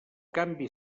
canvi